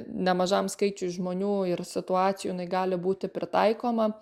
nemažam skaičiui žmonių ir situacijų jinai gali būti pritaikoma